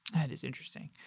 that is interesting.